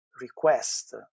request